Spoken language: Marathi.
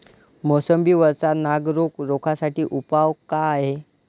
मोसंबी वरचा नाग रोग रोखा साठी उपाव का हाये?